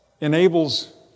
enables